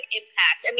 impact